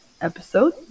episode